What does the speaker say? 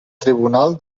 tribunal